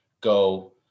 go